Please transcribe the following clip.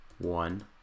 one